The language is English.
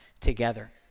together